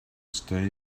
stay